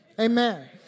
Amen